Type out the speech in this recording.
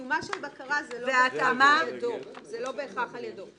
אבל קיומה של בקרה זה לא בהכרח על ידו.